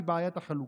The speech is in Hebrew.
מבעיית החלוקה.